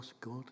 God